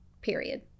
period